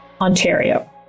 Ontario